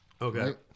Okay